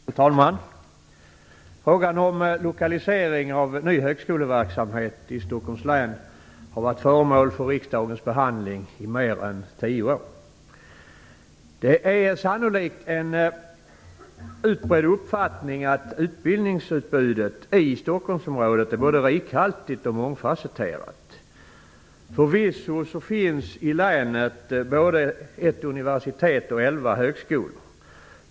Fru talman! Frågan om lokalisering av ny högskoleverksamhet i Stockholms län har varit föremål för riksdagens behandling i mer än tio år. Det är sannolikt en allmänt utbredd uppfattning att utbildningsutbudet i Stockholmsområdet är både rikhaltigt och mångfasetterat. Förvisso finns i länet både ett universitet och elva högskolor.